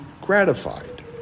gratified